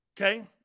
Okay